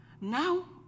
Now